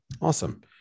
Awesome